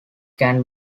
can